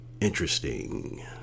interesting